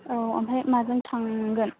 औ ओमफ्राय माजों थांगोन